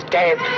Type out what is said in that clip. dead